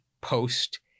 post